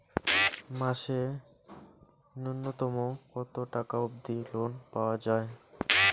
মাসে নূন্যতম কতো টাকা অব্দি লোন পাওয়া যায়?